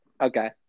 Okay